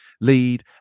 lead